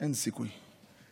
אין סיכוי.